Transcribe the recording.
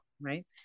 right